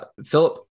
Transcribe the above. Philip